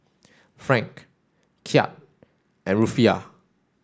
Franc Kyat and Rufiyaa